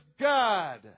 God